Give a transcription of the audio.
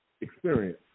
experience